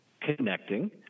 connecting